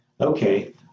Okay